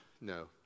no